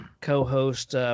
co-host